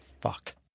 Fuck